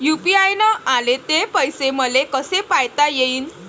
UPI न आले ते पैसे मले कसे पायता येईन?